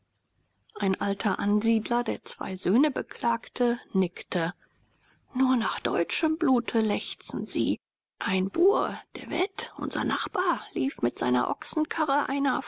ein alter ansiedler der zwei söhne beklagte nickte nur nach deutschem blute lechzen sie ein bur de wet unser nachbar lief mit seiner ochsenkarre einer